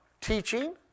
teaching